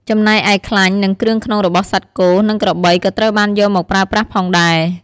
ចំណែកឯខ្លាញ់ និងគ្រឿងក្នុងរបស់សត្វគោ និងក្របីក៏ត្រូវបានយកមកប្រើប្រាស់ផងដែរ។